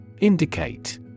Indicate